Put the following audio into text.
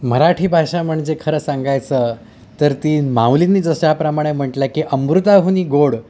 मराठी भाषा म्हणजे खरं सांगायचं तर ती माऊलींनी जशा प्रमाणे म्हटलं आहे की अमृताहुनी गोड